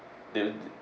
they'll